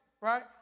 right